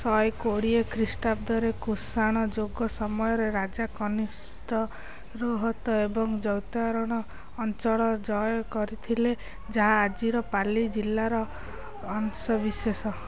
ଶହେକୋଡ଼ିଏ ଖ୍ରୀଷ୍ଟାବ୍ଦରେ କୁଶାଣ ଯୁଗ ସମୟରେ ରାଜା କନିଷ୍କ ରୋହତ ଏବଂ ଜୌତାରଣ ଅଞ୍ଚଳ ଜୟ କରିଥିଲେ ଯାହା ଆଜିର ପାଲି ଜିଲ୍ଲାର ଅଂଶବିଶେଷ